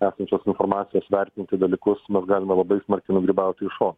esančios informacijos vertinti dalykus mes galime labai smarkiai nugrybauti į šoną